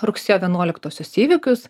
rugsėjo vienuoliktosios įvykius